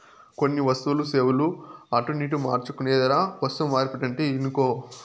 కొన్ని వస్తువులు, సేవలు అటునిటు మార్చుకునేదే వస్తుమార్పిడంటే ఇనుకో